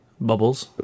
bubbles